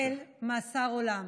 וצפוי לקבל מאסר עולם.